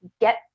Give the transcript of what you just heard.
get